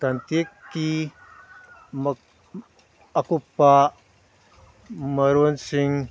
ꯀꯟꯇꯦꯛꯀꯤ ꯑꯀꯨꯞꯄ ꯃꯔꯣꯜꯁꯤꯡ